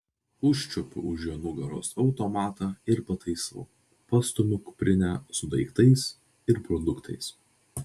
užčiuopiu už jo nugaros automatą ir pataisau pastumiu kuprinę su daiktais ir produktais